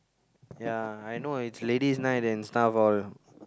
ya I know it's Ladies Night and stuff all